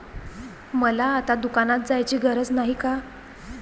मला आता दुकानात जायची गरज नाही का?